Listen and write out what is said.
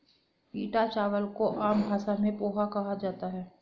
पीटा चावल को आम भाषा में पोहा कहा जाता है